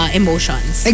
emotions